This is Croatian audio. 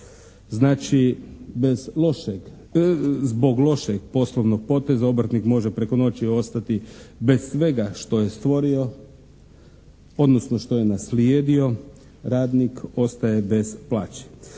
lošeg, zbog lošeg poslovnog poteza obrtnik može preko noći ostati bez svega što je stvorio odnosno što je naslijedio, radnik ostaje bez plaće.